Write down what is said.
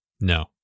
No